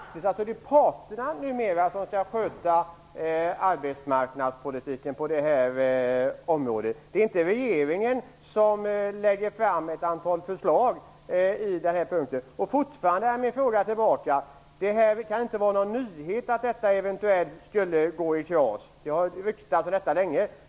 Fru talman! Jag är faktiskt litet förvånad. Det är alltså parterna som numera skall sköta arbetsmarknadspolitiken på det här området; det är inte regeringen som skall lägga fram ett antal förslag. Min fråga kvarstår. Det kan inte ha varit någon nyhet att detta eventuellt skulle gå i kras. Det har ryktats om detta länge.